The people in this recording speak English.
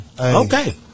Okay